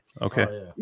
Okay